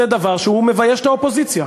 זה דבר שהוא מבייש את האופוזיציה.